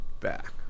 back